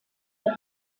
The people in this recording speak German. der